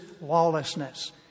lawlessness